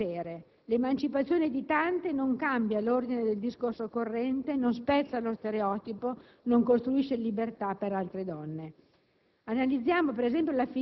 ma non sufficiente potere. L'emancipazione di tante non cambia l'ordine del discorso corrente, non spezza lo stereotipo, non costituisce libertà per altre donne.